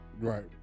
Right